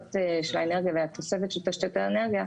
של האנרגיה והתוספת של תשתיות האנרגיה,